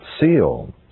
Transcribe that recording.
seal